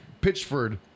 Pitchford